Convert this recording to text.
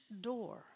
door